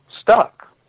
stuck